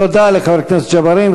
תודה לחבר הכנסת ג'בארין.